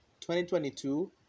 2022